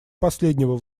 последнего